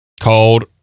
called